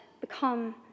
become